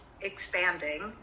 expanding